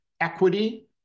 equity